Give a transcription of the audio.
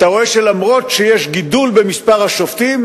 אתה רואה שאף שיש גידול במספר השופטים,